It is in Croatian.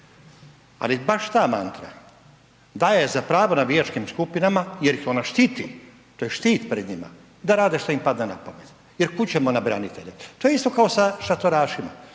ali baš ta mantra daje za pravo navijačkim skupinama jer ih ona štiti, to je štit pred njima da rade što im pada na pamet jer kud ćemo na branitelje. To je isto kao i sa šatorašima,